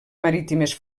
marítimes